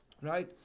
Right